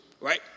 Right